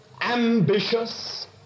ambitious